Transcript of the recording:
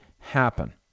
happen